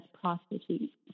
prostitutes